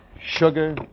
sugar